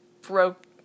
broke